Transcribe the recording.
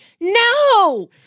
no